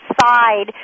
side